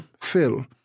fill